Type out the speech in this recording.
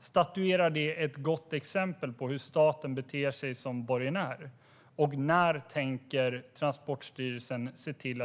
Statuerar det ett gott exempel för hur staten ska bete sig som borgenär? När tänker Transportstyrelsen se till